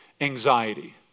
anxiety